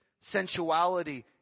sensuality